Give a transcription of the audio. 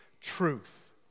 truth